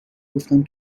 گفتم